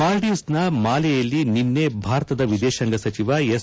ಮಾಲ್ಡೀವ್ಸ್ನ ಮಾಲೆಯಲ್ಲಿ ನಿನ್ನೆ ಭಾರತದ ವಿದೇಶಾಂಗ ಸಚಿವ ಎಸ್